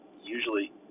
usually